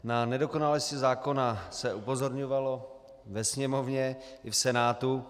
Na nedokonalosti zákona se upozorňovalo ve Sněmovně i v Senátu.